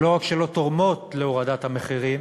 שלא רק שלא תורמות להורדת המחירים